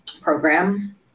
program